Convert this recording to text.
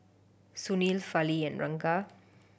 Sunil Fali and Ranga